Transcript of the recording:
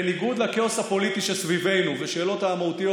בניגוד לכאוס הפוליטי שסביבנו והשאלות המהותיות